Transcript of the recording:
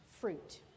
fruit